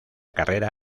carrera